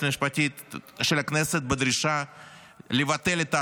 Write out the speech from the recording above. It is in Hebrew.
המשפטית של הכנסת בדרישה לבטל את ההצבעה.